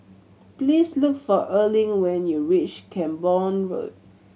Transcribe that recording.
please look for Erling when you reach Camborne Road